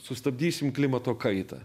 sustabdysim klimato kaitą